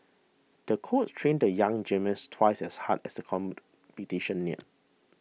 the coach trained the young gymnast twice as hard as competition neared